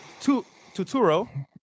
Tuturo